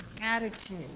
attitude